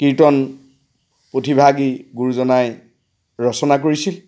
কীৰ্তন পুথিভাগী গুৰুজনাই ৰচনা কৰিছিল